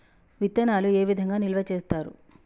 విత్తనాలు ఏ విధంగా నిల్వ చేస్తారు?